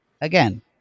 again